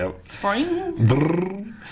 Spring